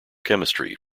chemistry